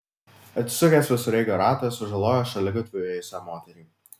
atsisukęs visureigio ratas sužalojo šaligatviu ėjusią moterį